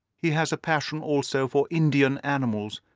he has a passion also for indian animals,